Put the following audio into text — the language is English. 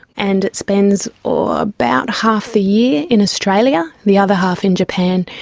and it spends about half the year in australia, the other half in japan.